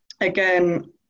again